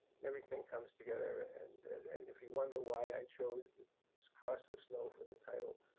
and everything comes together, and and if you wonder why i chose cross of snow for the title,